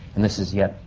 and this was yet.